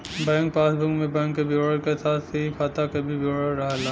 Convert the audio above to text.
bank passbook में bank क विवरण क साथ ही खाता क भी विवरण रहला